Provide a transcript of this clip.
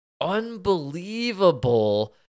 Unbelievable